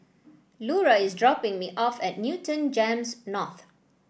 Lura is dropping me off at Newton Gems North